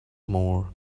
more